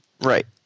Right